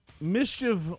mischief